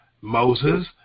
Moses